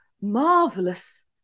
marvelous